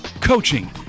coaching